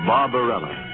Barbarella